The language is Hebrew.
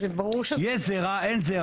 יש זרע, אין זרע.